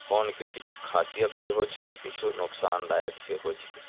फोनके किछु खासियत सेहो छै तऽ किछु नोकसानदायक सेहो छै